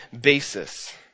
basis